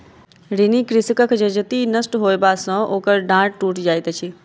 ऋणी कृषकक जजति नष्ट होयबा सॅ ओकर डाँड़ टुइट जाइत छै